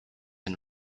and